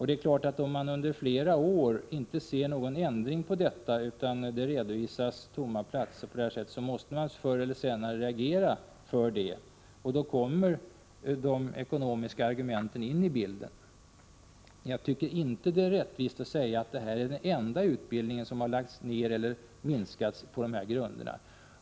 Det är klart att om man under flera år inte ser någon ändring utan det redovisas tomma platser på det här sättet, så måste man förr eller senare reagera — och då kommer de ekonomiska argumenten in i bilden. Jag tycker inte att det är rättvist att säga att detta är den enda utbildning som minskats eller lagts ner på dessa grunder.